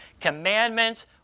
commandments